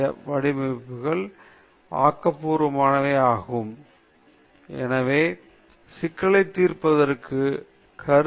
வடிவமைப்பு அல்லது ஆராய்ச்சி செயல்முறையின் கண்டுபிடிப்பு ஆக்கக்கூறு கட்டம் சிக்கலைத் தீர்ப்பதற்கான யோசனைகள் மற்றும் கருத்தாக்கங்களை உருவாக்கும் திறவுகோலாகும்